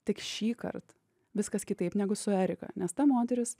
tik šįkart viskas kitaip negu su erika nes ta moteris